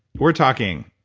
we're talking.